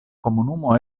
komunumo